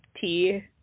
tea